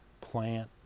plant